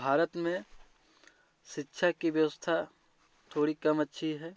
भारत में शिक्षा की व्यवस्था थोड़ी कम अच्छी है